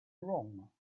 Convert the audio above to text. wrong